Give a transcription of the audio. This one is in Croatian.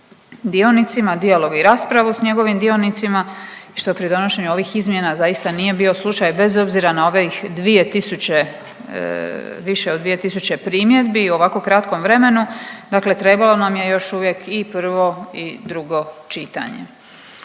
dijelio bi raspravu sa njegovim dionicima što pri donošenju ovih izmjena zaista nije bio slučaj bez obzira na ovih 2000, više od 2000 primjedbi u ovako kratkom vremenu. Dakle, trebalo nam je još uvijek i prvo i drugo čitanje.